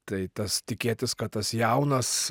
tai tas tikėtis kad tas jaunas